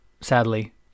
sadly